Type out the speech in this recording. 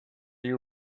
you